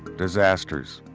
disasters,